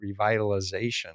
revitalization